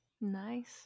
Nice